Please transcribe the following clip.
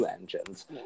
engines